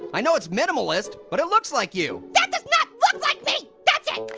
i know it's minimalist, but it looks like you. that does not look like me! that's it,